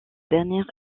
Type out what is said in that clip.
dernière